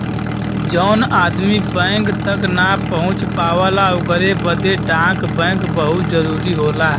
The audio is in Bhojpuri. जौन आदमी बैंक तक ना पहुंच पावला ओकरे बदे डाक बैंक बहुत जरूरी होला